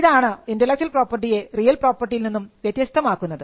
ഇതാണ് ഇന്റെലക്ച്വൽ പ്രോപ്പർട്ടിയെ റിയൽ പ്രോപ്പർട്ടിയിൽ നിന്നും വ്യത്യസ്തമാക്കുന്നത്